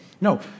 No